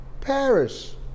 Paris